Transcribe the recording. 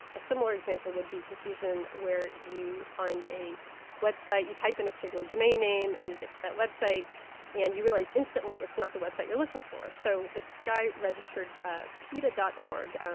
a similar example would be confusion where you find a website, you type in a particular domain name, and you get to that website and you realise instantly it's not the website you're looking for. so this guy-registered ah peta. org. um